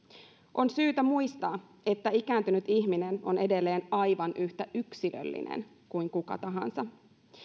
on syytä muistaa että ikääntynyt ihminen on edelleen aivan yhtä yksilöllinen kuin kuka tahansa